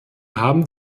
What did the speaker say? haben